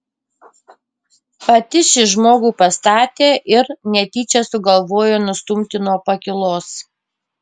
pati šį žmogų pastatė ir netyčia sugalvojo nustumti nuo pakylos